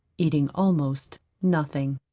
eating almost nothing.